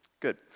Good